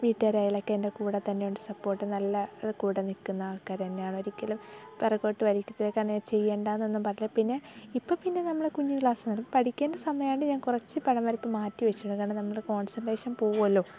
വീട്ടുകാരായാലൊക്കെ എൻ്റെ കൂടെ തന്നെ ഉണ്ട് സപ്പോർട്ടും നല്ല കൂടെ നിൽക്കുന്ന ആൾക്കാർ തന്നെയാണ് ഒരിക്കലും പിറകോട്ട് വലിക്കത്തില്ല കാരണം ചെയ്യണ്ടാന്നൊന്നും പറയില്ല പിന്നെ ഇപ്പം പിന്നെ നമ്മൾ കുഞ്ഞ് ക്ലാസ്സാണ് പഠിയ്ക്കണ്ട സമയമായതുകൊണ്ട് ഞാൻ കുറച്ച് പടം വരപ്പ് മാറ്റി വെച്ചു കാരണം നമ്മുടെ കോൺസൻട്രേഷൻ പോവുമല്ലോ